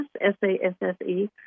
S-A-S-S-E